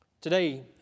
Today